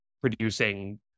producing